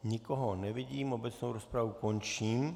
Nikoho nevidím, obecnou rozpravu končím.